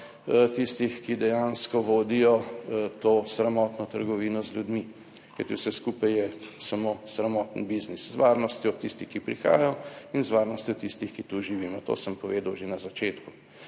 tistih, ki dejansko vodijo to sramotno trgovino z ljudmi, kajti vse skupaj je samo sramoten biznis z varnostjo tistih, ki prihajajo in z varnostjo tistih, ki tu živimo, to sem povedal že na začetku.